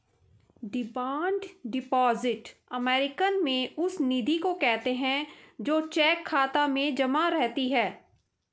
demand deposit American में उस निधि को कहते हैं जो चेक खाता में जमा रहती है